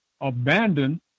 abandon